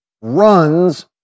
runs